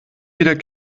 wieder